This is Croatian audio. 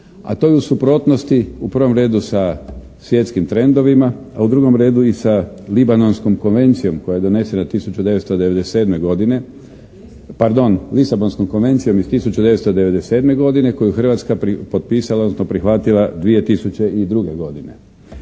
a to je u suprotnosti u prvom redu sa svjetskim trendovima, a u drugom redu i sa Libanonskom konvencijom koja je donesena 1997. godine, ...… /Upadica se ne čuje./ … Pardon, Lisabonskom konvencijom iz 1997. godine koju je Hrvatska potpisala, odnosno prihvatila 2002. godine.